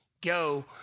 go